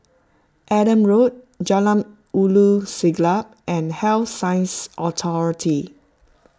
Adam Road Jalan Ulu Siglap and Health Sciences Authority